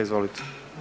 Izvolite.